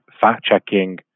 fact-checking